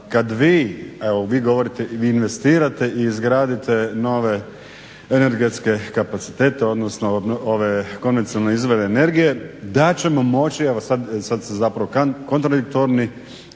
govorite investirate i izgradite nove energetske kapacitete, odnosno ove konvencionalne izvore energije da ćemo moći, evo sad ste zapravo kontradiktorni,